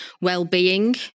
well-being